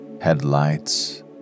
headlights